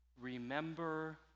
Remember